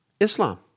Islam